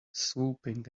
swooping